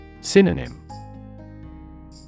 Synonym